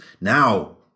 Now